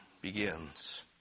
begins